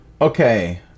Okay